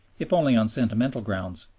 if only on sentimental grounds.